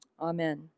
Amen